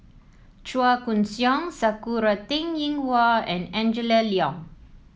Chua Koon Siong Sakura Teng Ying Hua and Angela Liong